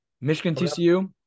Michigan-TCU